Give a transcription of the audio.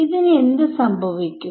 ന് എന്ത് സംഭവിക്കും